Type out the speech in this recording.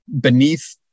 beneath